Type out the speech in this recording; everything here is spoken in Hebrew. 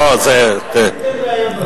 לא צריך רעיונות,